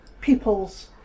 people's